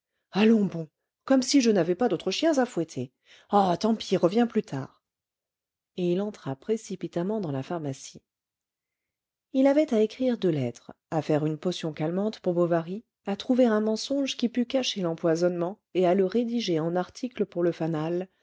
allons bon comme si je n'avais pas d'autres chiens à fouetter ah tant pis reviens plus tard et il entra précipitamment dans la pharmacie il avait à écrire deux lettres à faire une potion calmante pour bovary à trouver un mensonge qui pût cacher l'empoisonnement et à le rédiger en article pour le fanal